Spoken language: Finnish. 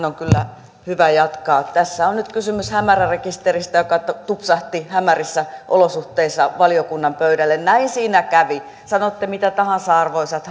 on kyllä hyvä jatkaa tässä on nyt kysymys hämärärekisteristä joka tupsahti hämärissä olosuhteissa valiokunnan pöydälle näin siinä kävi sanotte mitä tahansa arvoisat